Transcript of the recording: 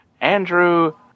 Andrew